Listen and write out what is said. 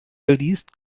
geleast